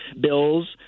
bills